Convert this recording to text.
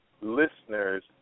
listeners